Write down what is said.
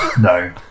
No